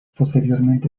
posteriormente